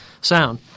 sound